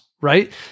right